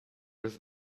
was